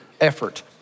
effort